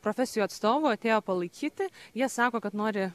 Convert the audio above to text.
profesijų atstovų atėjo palaikyti jie sako kad nori